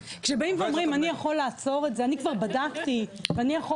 כשבאים ואומרים אני כבר בדקתי ואני יכול